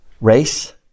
Race